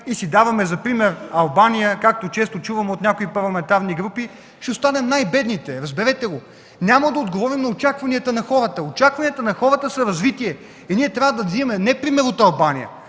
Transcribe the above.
и си даваме за пример Албания, както често чувам от някои парламентарни групи, ще си останем най-бедните. Разберете го. Няма да отговорим на очакванията на хората. Очакванията на хората са за развитие. И ние трябва да вземем не пример от Албания,